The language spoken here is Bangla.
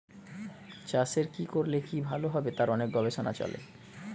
চাষের কি করলে কি ভালো হবে তার অনেক গবেষণা চলে